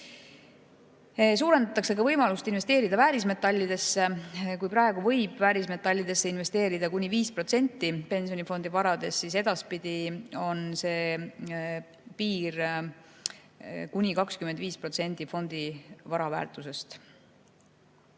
Suurendatakse ka võimalust investeerida väärismetallidesse. Kui praegu võib väärismetallidesse investeerida kuni 5% pensionifondi varast, siis edaspidi on see piir kuni 25% fondi vara väärtusest.